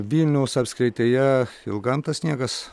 vilniaus apskrityje ilgam tas sniegas